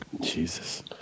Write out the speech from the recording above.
Jesus